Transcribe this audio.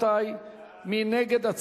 מי נגד?